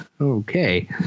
Okay